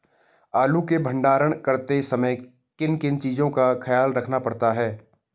आलू के भंडारण करते समय किन किन चीज़ों का ख्याल रखना पड़ता है?